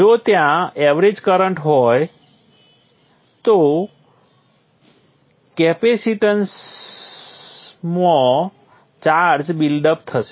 જો ત્યાં average current હોય તો કેપેસિટેન્સમાં ચાર્જ બિલ્ડ અપ થશે